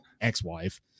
ex-wife